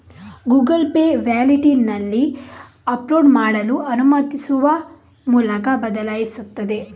Google Pay ವ್ಯಾಲೆಟಿನಲ್ಲಿ upload ಮಾಡಲು ಅನುಮತಿಸುವ ಮೂಲಕ ಬದಲಾಯಿಸುತ್ತದೆ